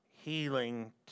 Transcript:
healing